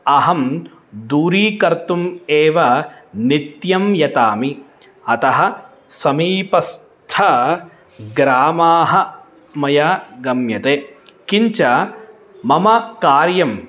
अहं दूरीकर्तुम् एव नित्यं यतामि अतः समीपस्थग्रामाणि मया गम्यते किञ्च मम कार्यं